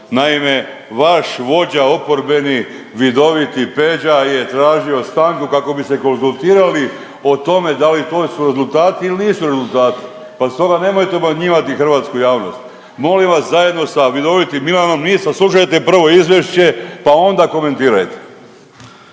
Naime, vaš vođa oporbeni vidoviti Peđa je tražio stanku kako bi se konzultirali o tome da li to su rezultati ili nisu rezultati pa stoga nemojte obmanjivati hrvatsku javnost. Molim vas, zajedno sa vidovitim Milanom .../Govornik se ne razumije./... prvo izvješće pa onda komentirajte.